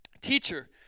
Teacher